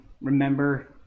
Remember